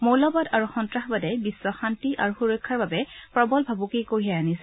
মৌলবাদ আৰু সন্তাসবাদে বিশ্ব শান্তি আৰু সুৰক্ষাৰ বাবে প্ৰবল ভাবুকি কঢ়িয়াই আনিছে